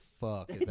fuck